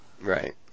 Right